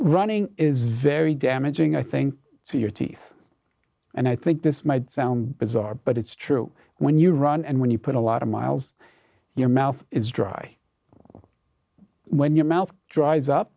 running is very damaging i think to your teeth and i think this might sound bizarre but it's true when you run and when you put a lot of miles your mouth is dry when your mouth dries up